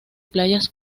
playas